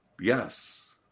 yes